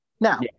Now